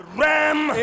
ram